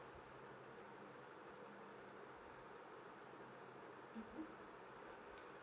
mmhmm